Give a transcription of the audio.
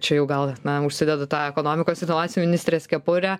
čia jau gal na užsidedu tą ekonomikos inovacijų ministrės kepurę